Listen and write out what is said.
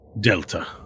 delta